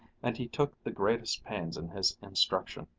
and he took the greatest pains in his instruction.